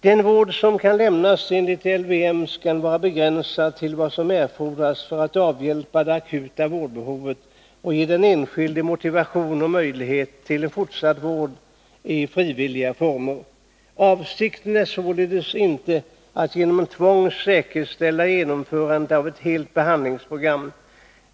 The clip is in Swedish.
Den vård som kan lämnas enligt LVM skall vara begränsad till vad som erfordras för att avhjälpa det akuta vårdbehovet och ge den enskilde motivation och möjlighet till en fortsatt vård i frivilliga former. Avsikten är således inte att genom tvång säkerställa. genomförandet av ett helt behandlingsprogram.